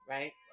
Right